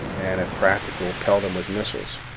and, if practicable, pelt him with missiles.